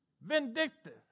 Vindictive